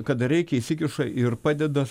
kada reikia įsikiša ir padeda